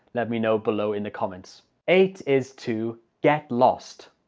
let me know below in the comments. eight is to get lost,